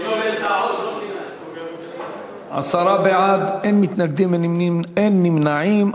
בעד, 10, אין מתנגדים ואין נמנעים.